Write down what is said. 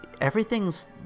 everything's